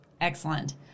Excellent